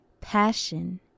passion